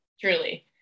Truly